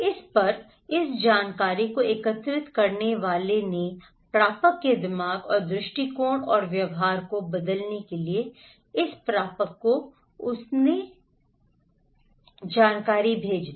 इस पर इस जानकारी को एकत्रित करने वाले ने प्रापक के दिमाग और दृष्टिकोण और व्यवहार को बदलने के लिए इस प्रापक को उनके प्रापक में भेज दिया